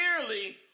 nearly